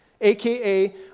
AKA